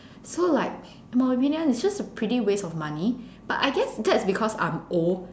so like it's just a pretty waste of money but I guess that's because I'm old